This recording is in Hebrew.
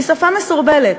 היא שפה מסורבלת.